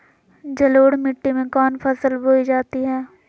जलोढ़ मिट्टी में कौन फसल बोई जाती हैं?